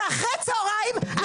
ואחרי צוהריים,